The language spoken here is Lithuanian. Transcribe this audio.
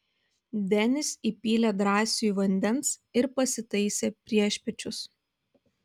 denis įpylė drąsiui vandens ir pasitaisė priešpiečius